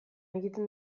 egiten